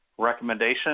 recommendation